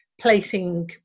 placing